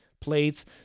plates